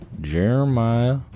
Jeremiah